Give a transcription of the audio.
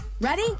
Ready